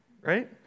right